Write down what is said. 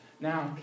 now